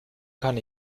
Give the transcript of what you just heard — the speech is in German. kann